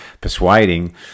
persuading